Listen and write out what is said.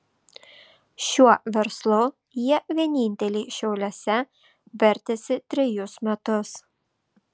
šiuo verslu jie vieninteliai šiauliuose vertėsi trejus metus